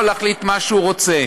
הוא יכול להחליט מה שהוא רוצה.